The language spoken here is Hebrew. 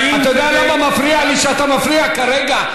אתה יודע למה מפריע לי שאתה מפריע כרגע?